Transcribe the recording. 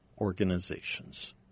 organizations